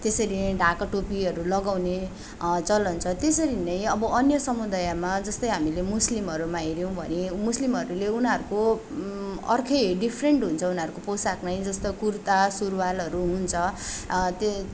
त्यसरी नै ढाका टोपीहरू लगाउने चलन छ त्यसरी नै अब अन्य समुदायमा जस्तै हामीले मुस्लिमहरूमा हेऱ्यौँ भने मुस्लिमहरूले उनारको अर्कै डिफ्रेन्ट हुन्छ उनारको पोसाकनै जस्तै कुर्ता सुरूवालहरू हुन्छ